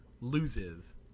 loses